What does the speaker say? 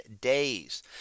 days